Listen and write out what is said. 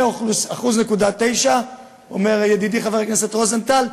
וזה, 1.9%. 1.9% אומר ידידי חבר הכנסת רוזנטל.